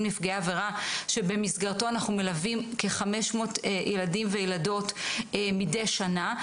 נפגעי עבירה שבמסגרתם אנחנו מלווים כ-500 ילדים וילדות מדי שנה,